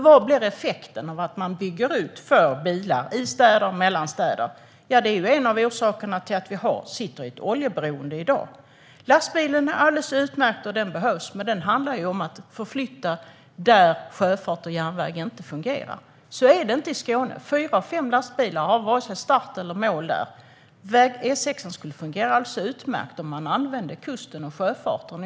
Vad blir effekten av att bygga ut för bilar i städer och mellan städer? Detta är en av orsakerna till att vi i dag sitter i ett oljeberoende. Lastbilen är alldeles utmärkt, och den behövs. Men då handlar det om att förflytta där sjöfart och järnväg inte fungerar. Så är det inte i Skåne. Fyra av fem lastbilar har vare sig start eller mål där. Väg E6 skulle fungera alldeles utmärkt om man använde kusten och sjöfarten.